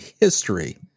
history